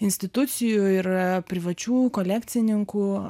institucijų ir privačių kolekcininkų